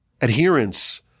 adherence